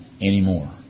anymore